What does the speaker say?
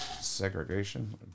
segregation